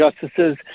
justices